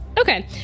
Okay